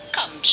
Come